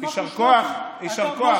יישר כוח, יישר כוח.